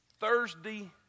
thursday